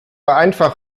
einfach